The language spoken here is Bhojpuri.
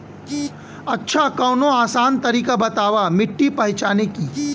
अच्छा कवनो आसान तरीका बतावा मिट्टी पहचाने की?